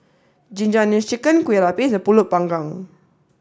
Ginger Onions Chicken Kueh Lapis and Pulut panggang